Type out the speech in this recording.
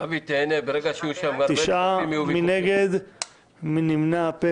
9 נגד, אין נמנעים, אין אושר.